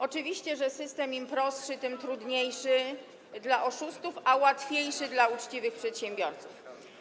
Oczywiście, że system im prostszy, tym trudniejszy dla oszustów, a łatwiejszy dla uczciwych przedsiębiorców.